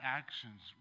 actions